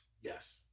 Yes